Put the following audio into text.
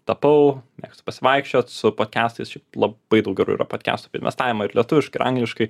tapau mėstu pasivaikščiot su podkestais šiaip labai daug gerų yra podkestų apie investavimą ir lietuviškai ir angliškai